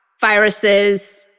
viruses